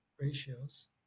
ratios